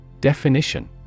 Definition